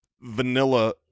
vanilla